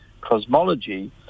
cosmology